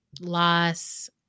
loss